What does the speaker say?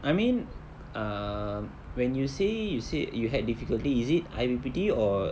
I mean um when you say you say you had difficulty is it I_P_P_T or